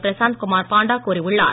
பிரசாந்த் குமார் பாண்டா கூறியுள்ளார்